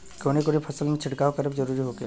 कवने कवने फसल में छिड़काव करब जरूरी होखेला?